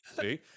See